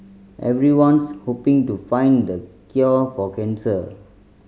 everyone's hoping to find the cure for cancer